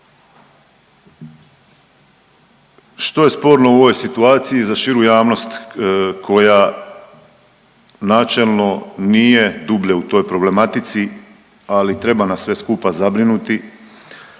Što je sporno u ovoj situaciji za širu javnost koja načelno nije dublje u toj problematici, ali treba nas sve skupa zabrinuti.